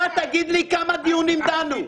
אתה תגיד לי כמה דיונים דנו.